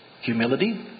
humility